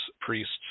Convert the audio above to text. priests